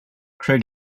craig